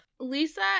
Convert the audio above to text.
Lisa